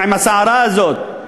עם הסערה הזאת,